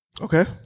Okay